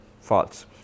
false